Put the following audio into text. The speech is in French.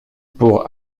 pour